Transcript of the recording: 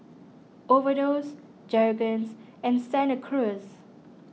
Overdose Jergens and Santa Cruz